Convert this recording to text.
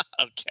Okay